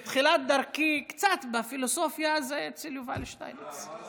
תחילת דרכי קצת בפילוסופיה זה אצל יובל שטייניץ.